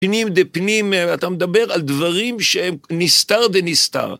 פנים דה פנים, אתה מדבר על דברים שהם נסתר דה נסתר.